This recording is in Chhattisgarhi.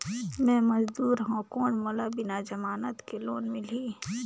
मे मजदूर हवं कौन मोला बिना जमानत के लोन मिलही?